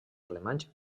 alemanys